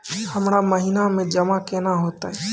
हमरा महिना मे जमा केना हेतै?